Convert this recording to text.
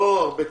לא הרבה כסף.